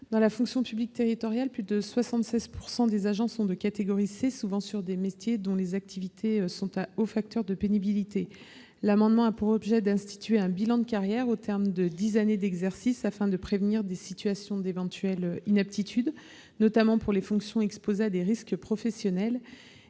Dans la fonction publique territoriale, plus de 76 % des agents sont de catégorie C, exerçant souvent des métiers à hauts facteurs de pénibilité. Cet amendement a pour objet d'instituer un bilan de carrièreau terme de dix années d'exercice, afin de prévenir des situations éventuelles d'inaptitude, notamment pour les fonctions exposées à des risques professionnels